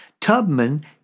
Tubman